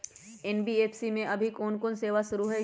NBFC में अभी कोन कोन सेवा शुरु हई?